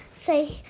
say